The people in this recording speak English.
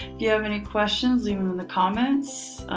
you have any questions leave them in the comments.